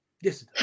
Yes